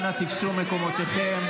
אנא תפסו מקומותיכם.